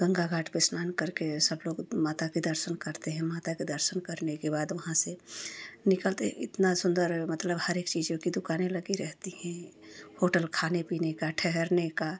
गंगा घाट पर स्नान करके सब लोग माता के दर्शन करते हैं माता के दर्शन करने के बाद वहाँ से निकलते हैं इतना सुंदर मतलब हर एक चीज़ों की दुकानें लगी रहती हैं होटल खाने पीने का ठहरने का